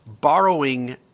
borrowing